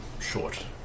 short